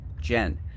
jen